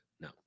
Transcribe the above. No